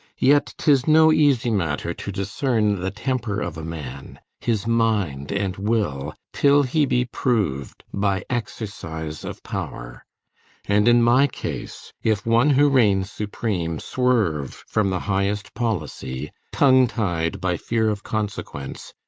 yet tis no easy matter to discern the temper of a man, his mind and will, till he be proved by exercise of power and in my case, if one who reigns supreme swerve from the highest policy, tongue-tied by fear of consequence,